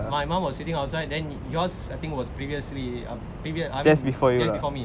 my mom was sitting outside then yours I think was previously um I mean just before me ah